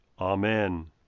Amen